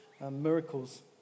miracles